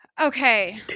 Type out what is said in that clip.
Okay